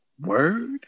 word